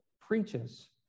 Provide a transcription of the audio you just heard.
preaches